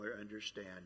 understand